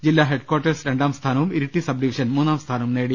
ജില്ലാ ഹെഡ്കാർട്ടേഴ്സ് രണ്ടാം സ്ഥാനവും ഇരിട്ടി സബ് ഡിവി ഷൻ മൂന്നാം സ്ഥാനവും നേടി